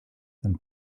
than